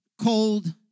cold